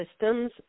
systems